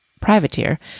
privateer